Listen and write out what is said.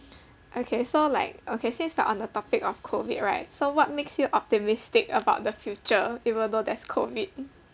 okay so like okay since we're on the topic of COVID right so what makes you optimistic about the future even though there's COVID